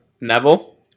Neville